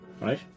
right